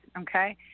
Okay